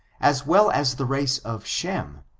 as well as the race of shem,